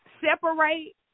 separate